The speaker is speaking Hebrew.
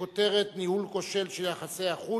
בכותרת: ניהול כושל של יחסי החוץ,